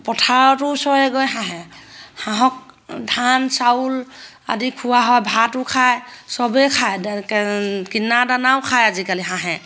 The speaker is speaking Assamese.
পথাৰতো ওৰেগৈ হাঁহে হাঁহক ধান চাউল আদি খুওৱা হয় ভাতো খায় চবেই খায় দা কিনা দানাও খায় আজিকালি হাঁহে